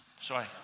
Sorry